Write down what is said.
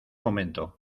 momento